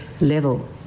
level